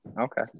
Okay